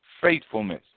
faithfulness